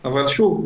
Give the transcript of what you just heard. שוב,